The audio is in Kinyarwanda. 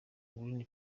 green